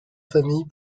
famille